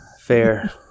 Fair